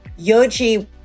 Yoji